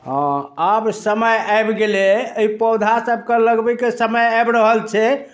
हाँ आब समय आबि गेलै अइ पौधा सभके लगबैके समय आबि रहल छै